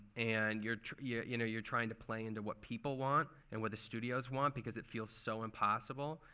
and you're yeah you know you're trying to play into what people want and what the studios want because it feels so impossible.